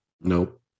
Nope